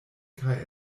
kaj